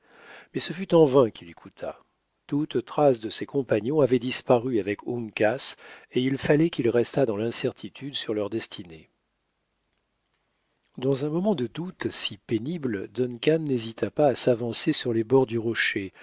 mais ce fut en vain qu'il écouta toute trace de ses compagnons avait disparu avec uncas et il fallait qu'il restât dans l'incertitude sur leur destinée dans un moment de doute si pénible duncan n'hésita pas à s'avancer sur les bords du rocher